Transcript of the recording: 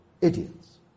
idiots